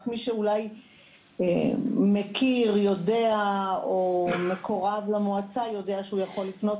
רק מי שאולי מכיר ויודע או מקורב למועצה יודע שהוא יכול לפנות